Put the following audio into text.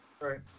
Right